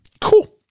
Cool